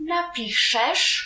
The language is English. Napiszesz